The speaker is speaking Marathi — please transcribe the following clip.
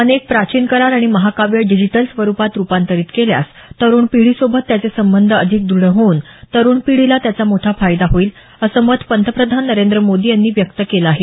अनेक प्राचिन करार आणि महाकाव्य डिजिटल स्वरुपात रुपांतरित केल्यास तरुण पिढीसोबतचे त्यांचे संबंध अधिक द्रढ होऊन तरुण पिढीला त्याचा मोठा फायदा होईल असं मत पंतप्रधान नरेंद्र मोदी यांनी व्यक्त केलं आहे